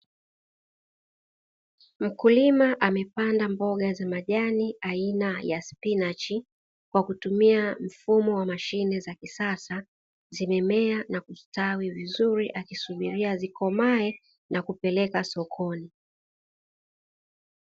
Mkulima amepanda mboga za majani aina ya spinachi kwa kutumia mfumo wa mashine za kisasa, zimemea na kukuwa vizuri akisubiri zikomae na kupeleka sokoni.